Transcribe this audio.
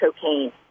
cocaine